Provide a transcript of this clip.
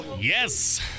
Yes